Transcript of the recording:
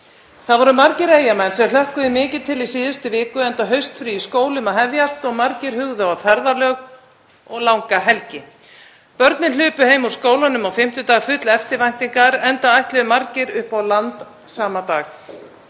Það voru margir Eyjamenn sem hlökkuðu mikið til í síðustu viku, enda haustfrí í skólum að hefjast og margir hugðu á ferðalög og langa helgi. Börnin hlupu heim úr skólanum á fimmtudag full eftirvæntingar, enda ætluðu margir upp á land sama dag.